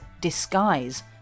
disguise